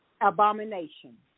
abomination